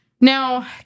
Now